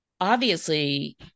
obviously-